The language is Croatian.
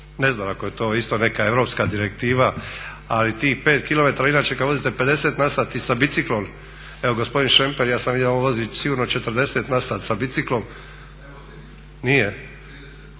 ne znam ako je to isto neka europska direktiva ali tih 5 km inače kad vozite 50 na sat i sa biciklom, evo gospodin Šemper ja sam siguran da on vozi sigurno 40 na sat sa biciklom …